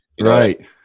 Right